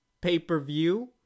pay-per-view